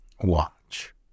Watch